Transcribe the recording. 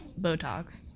Botox